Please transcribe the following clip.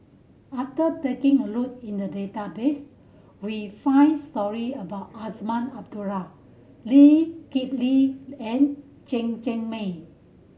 after taking a look at the database we find stories about Azman Abdullah Lee Kip Lee and Chen Cheng Mei